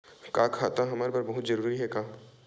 का खाता हमर बर बहुत जरूरी हे का?